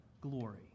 glory